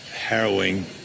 harrowing